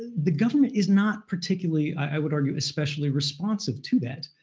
the government is not particularly, i would argue, especially responsive to that.